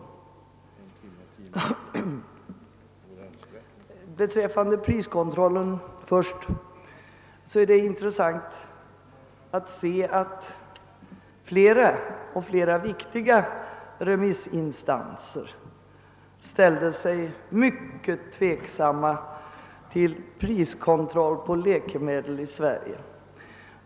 Vad först beträffar priskontrollen är det intressant att se, att flera, däribland flera viktiga remissinstanser ställt sig tveksamma till priskontroll på läkemedel i Sverige.